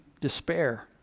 despair